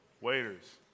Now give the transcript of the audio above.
Waiters